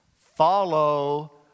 Follow